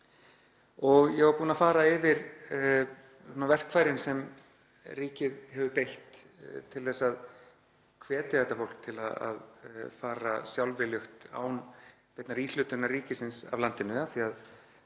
Ég var búinn að fara yfir verkfærin sem ríkið hefur beitt til að hvetja fólk til að fara sjálfviljugt án beinnar íhlutunar ríkisins af landinu af því